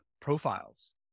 profiles